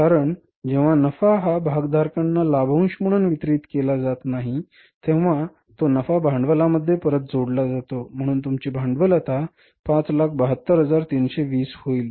कारण जेव्हा नफा हा भागधारकांना लाभांश म्हणून वितरित केला जात नाही तेव्हा तो नफा भांडवलामध्ये परत जोडला जातो म्हणून तुमचे भांडवल आता 572320 होईल